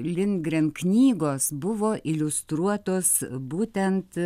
lindgren knygos buvo iliustruotos būtent